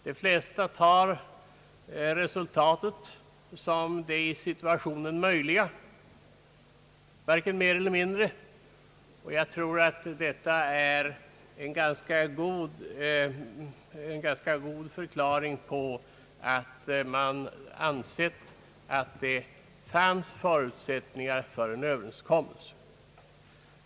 De flesta tar resultatet som det i situationen möjliga, varken mer eller mindre, och jag tror att detta är en ganska god förklaring till att det funnits förutsättningar för en överenskommelse.